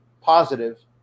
positive